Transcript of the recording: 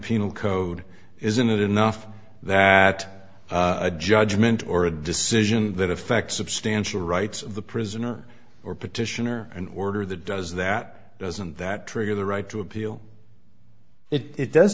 penal code isn't it enough that a judgment or a decision that affects substantial rights of the prisoner or petition or an order that does that doesn't that trigger the right to appeal it does